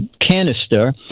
canister